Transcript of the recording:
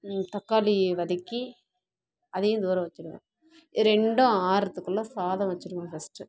தக்காளி வதக்கி அதையும் தூர வச்சுடுவேன் ரெண்டும் ஆறதுக்குள்ள சாதம் வச்சுடுவேன் ஃபஸ்ட்டு